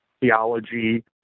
theology